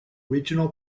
regional